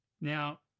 Now